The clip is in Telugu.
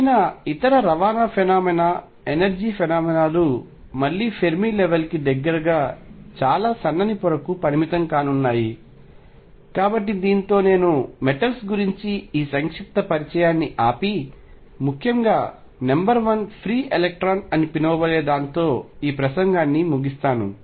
ఏవైనా ఇతర రవాణా ఫెనొమెనా ఎనర్జీ ఫెనొమెనాలు మళ్లీ ఫెర్మి లెవెల్ కి దగ్గరగా చాలా సన్నని పొరకు పరిమితం కానున్నాయి కాబట్టి దీనితో నేను మెటల్స్ గురించి ఈ సంక్షిప్త పరిచయాన్ని ఆపి ముఖ్యముగా నెంబర్ వన్ ఫ్రీ ఎలెక్ట్రాన్ అని పిలువబడే దాంతో ఈ ప్రసంగాన్ని ముగిస్తాను